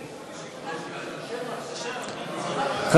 אי-אמון בממשלה לא נתקבלה.